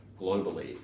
globally